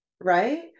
right